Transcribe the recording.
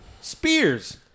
spears